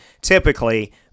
typically